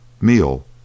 meal